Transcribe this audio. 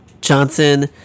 Johnson